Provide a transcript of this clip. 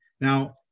Now